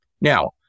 Now